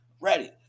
ready